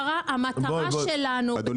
המטרה שלנו בתור --- בואי,